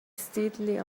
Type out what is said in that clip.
steadily